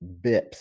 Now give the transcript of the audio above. bips